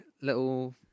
little